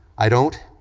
i don't,